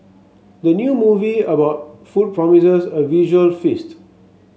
the new movie about food promises a visual feast